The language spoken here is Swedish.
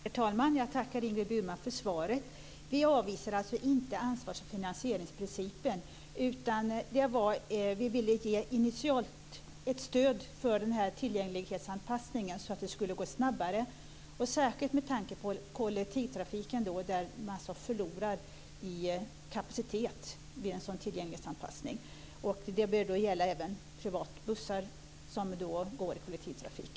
Herr talman! Jag tackar Ingrid Burman för svaret. Vi avvisar alltså inte ansvars och finansieringsprincipen. Vi vill ge ett initialt stöd för den här tillgänglighetsanpassningen så att den ska gå snabbare, särskilt med tanke på kollektivtrafiken där man förlorar i kapacitet vid en tillgänglighetsanpassning. Det bör även gälla privatbussar som går i kollektivtrafik.